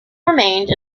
remained